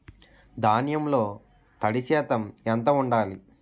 ధాన్యంలో తడి శాతం ఎంత ఉండాలి?